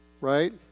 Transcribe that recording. Right